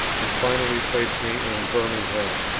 and finally placed me in birmingham.